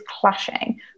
clashing